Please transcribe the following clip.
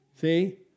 See